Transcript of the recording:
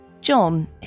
John